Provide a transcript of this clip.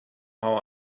how